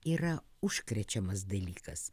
yra užkrečiamas dalykas